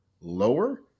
lower